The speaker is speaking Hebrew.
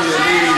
חיים ילין,